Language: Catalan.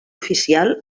oficial